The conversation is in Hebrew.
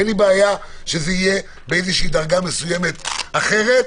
אין לי בעיה שזה יהיה בדרגה מסוימת אחרת,